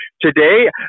today